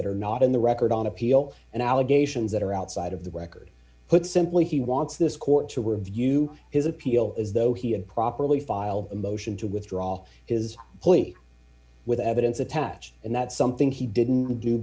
that are not in the record on appeal and allegations that are outside of the work or put simply he wants this court to review his appeal as though he had properly filed a motion to withdraw his plea with evidence attached and that something he didn't do